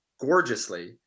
gorgeously